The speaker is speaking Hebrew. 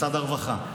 משרד הרווחה,